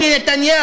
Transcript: אלה עם אלה,